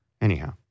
Anyhow